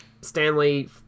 Stanley